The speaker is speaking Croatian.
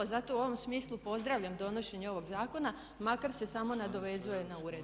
Zato u ovom smislu pozdravljam donošenje ovoga zakona makar se samo nadovezuje na uredbu.